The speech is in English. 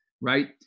right